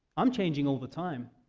i'm changing all the time.